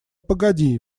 погоди